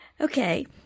Okay